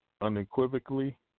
unequivocally